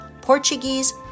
Portuguese